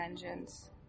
vengeance